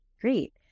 Great